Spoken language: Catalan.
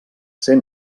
ser